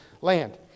land